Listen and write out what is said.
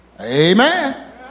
Amen